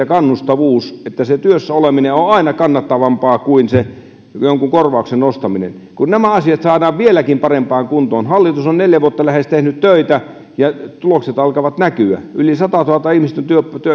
kannustavuus että työssäoleminen on aina kannattavampaa kuin jonkun korvauksen nostaminen kun nämä asiat saadaan vieläkin parempaan kuntoon hallitus on lähes neljä vuotta tehnyt töitä ja tulokset alkavat näkyä yli satatuhatta ihmistä on